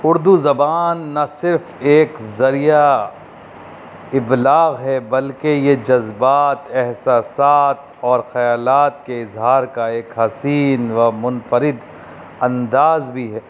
اردو زبان نہ صرف ایک ذریعہ ابلاغ ہے بلکہ یہ جذبات احساسات اور خیالات کے اظہار کا ایک حسین و منفرد انداز بھی ہے